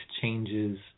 changes